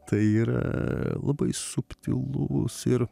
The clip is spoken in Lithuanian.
tai yra labai subtilus ir